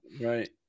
Right